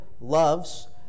loves